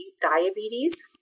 diabetes